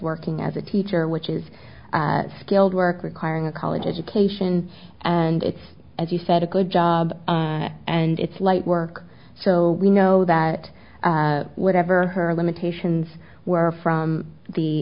working as a teacher which is skilled work requiring a college education and it's as you said a good job and it's light work so we know that whatever her limitations were from the